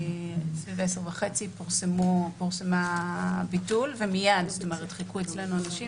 סביב 22:30 פורסם ביטול ומייד חיכו אצלנו אנשים